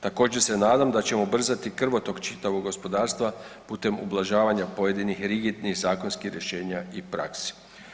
Također se nadam da ćemo ubrzati krvotok čitavog gospodarstva putem ublažavanja pojedinih rigidnih zakonskih rješenja i praksi.